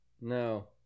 no